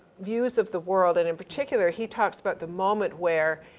views of the world. and in particular he talks about the moment where,